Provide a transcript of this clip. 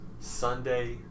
Sunday